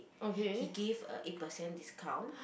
he gave a eight percent discount